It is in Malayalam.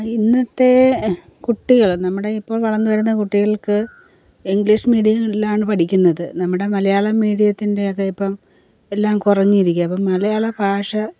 ഇന്നത്തെ കുട്ടികൾ നമ്മുടെ ഇപ്പോൾ വളർന്നുവരുന്ന കുട്ടികൾക്ക് ഇംഗ്ലീഷ് മീഡിയങ്ങളിലാണ് പഠിക്കുന്നത് നമ്മുടെ മലയാളം മീഡിയത്തിൻ്റെയൊക്കെ ഇപ്പം എല്ലാം കുറഞ്ഞിരിക്കുകയാ അപ്പം മലയാള ഭാഷ